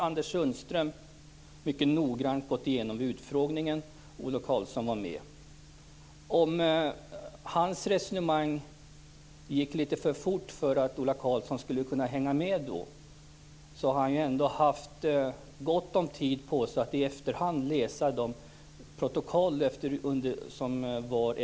Anders Sundström har vid en utfrågning där Ola Karlsson var med mycket noggrant gått igenom detta. Om Anders Sundströms resonemang då gick litet för fort för att Ola Karlsson skulle kunna hänga med har Ola Karlsson ändå haft gott om tid på sig att i efterhand läsa protokollen från utfrågningen.